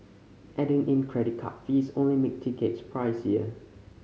adding in credit card fees only make tickets pricier